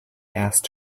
asked